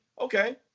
okay